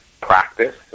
practice